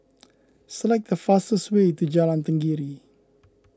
select the fastest way to Jalan Tenggiri